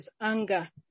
anger